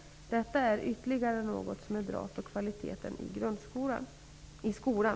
Detta är ytterligare något som är bra för kvaliteten i skolan.